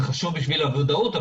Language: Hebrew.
זה חשוב בשביל הוודאות,